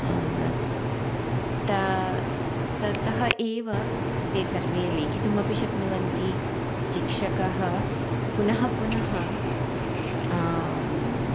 तत् ततः एव ते सर्वे लिखितुमपि शक्नुवन्ति शिक्षकः पुनः पुनः